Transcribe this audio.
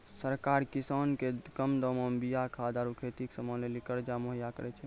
सरकार किसानो के कम दामो मे बीया खाद आरु खेती के समानो लेली कर्जा मुहैय्या करै छै